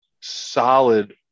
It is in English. solid